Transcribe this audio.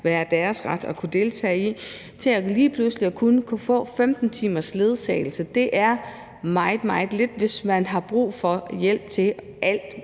have en ret til at kunne deltage i – til lige pludselig kun at kunne få 15 timers ledsagelse. Det er meget, meget lidt, og hvis man har brug for hjælp til alt